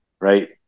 right